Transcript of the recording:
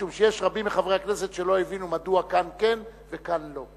משום שיש רבים מחברי הכנסת שלא הבינו מדוע כאן כן וכאן לא.